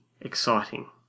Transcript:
exciting